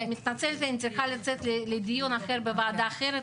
אני מתנצלת שאני צריכה לצאת לדיון אחר בוועדה אחרת,